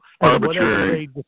arbitrary